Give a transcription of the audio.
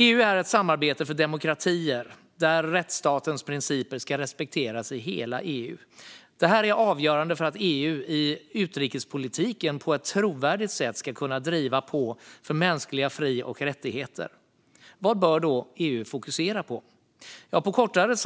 EU är ett samarbete för demokratier där rättsstatens principer ska respekteras i hela EU. Detta är avgörande för att EU i utrikespolitiken på ett trovärdigt sätt ska kunna driva på för mänskliga fri och rättigheter. Vad bör då EU fokusera på? På kortare